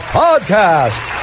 podcast